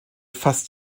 fast